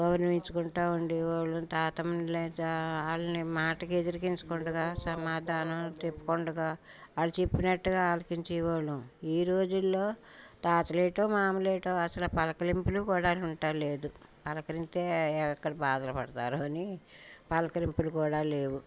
గౌరవించుకుంటూ ఉండేవాళ్ళము తాత వాళ్ళని మాటకి ఇరికించుతూ సమాధానం చెప్పుకోగా వాళ్ళు చెప్పినట్టుగా ఆలకించేవాళ్ళము ఈ రోజుల్లో టార్చ్ లైటు మామ లైటు అసలు పలకరింపులు కూడా ఉండటంలేదు పలకరింతే ఎక్కడ బాధలు పడతారో అని పలకరింపులు కూడా లేవు